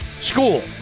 school